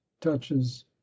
touches